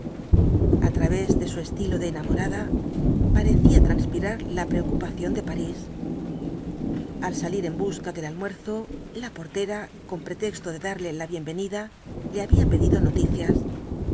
a través de su estilo de enamorada parecía transpirar la preocupación de parís al salir en busca del almuerzo la portera con pretexto de darle la bienvenida le había pedido noticias